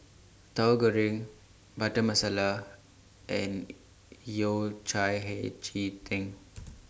Tauhu Goreng Butter Masala and Yao Cai Hei Ji Tang